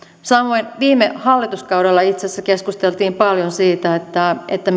samoin viime hallituskaudella itse asiassa keskusteltiin paljon siitä